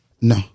No